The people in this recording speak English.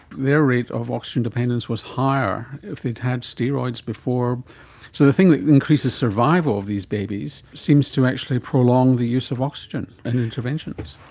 their rate of oxygen dependence was higher if they had had steroids before, so the thing that increases survival of these babies seems to actually prolong the use of oxygen and interventions.